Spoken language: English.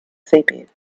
seabed